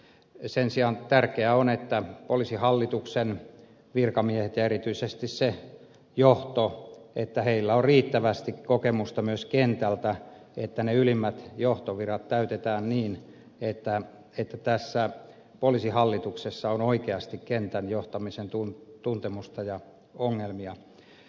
sen sijaan tärkeää on että poliisihallituksen virkamiehillä ja erityisesti sen johdolla on riittävästi kokemusta myös kentältä että ne ylimmät johtovirat täytetään niin että tässä poliisihallituksessa on oikeasti kentän johtamisen ja ongelmien tuntemusta